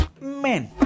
men